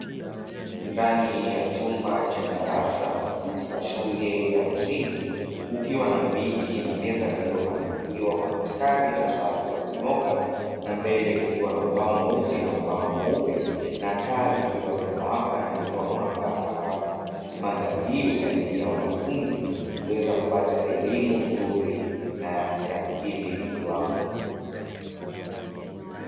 Madhali ya Chumba cha darasa katika shule ya msingi, kukiwa na viti na meza zilizopangiliwa kwa mstari, mbele kukiwa na ubao mweusi na taa zikiwa zinawaka kwa mwanga anganu. Mandhari hii husaidia wanafunzi kuweza kupata elimu bora, inayokidhi viwango.